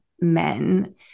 men